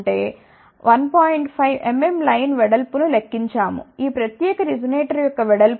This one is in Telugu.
5 mm లైన్ వెడల్పు ను లెక్కించాము ఈ ప్రత్యేక రిజొనేటర్ యొక్క వెడల్పు 0